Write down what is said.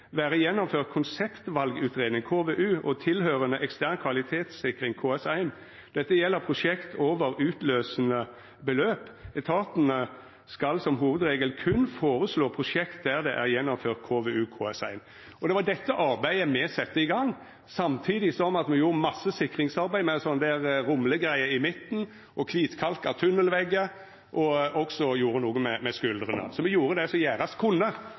gjennomført konseptvalgutredning og tilhørende ekstern kvalitetssikring . Dette gjelder prosjekt over utløsende beløp. Etatene skal som hovedregel kun foreslå prosjekt der det er gjennomført KVU/KS1.» Det var dette arbeidet me sette i gang, samtidig som me gjorde masse sikringsarbeid med sånne romlegreier i midten og kvitkalka tunnelveggar, og me gjorde også noko med skuldrane. Så me gjorde det som gjerast kunne.